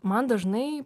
man dažnai